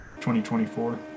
2024